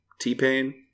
T-Pain